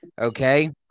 Okay